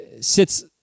sits